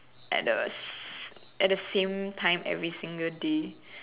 at the same time every single day